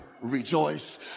rejoice